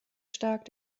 stark